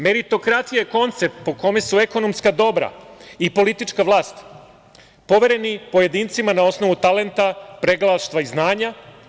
Meritokratija je koncept po kome su ekonomska dobra i politička vlast povereni pojedincima na osnovu talenta, pregalaštva i znanja.